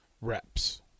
reps